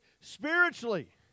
spiritually